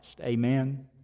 Amen